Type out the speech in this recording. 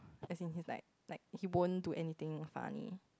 as in he's like like he won't do anything funny